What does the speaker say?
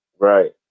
Right